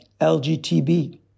LGBT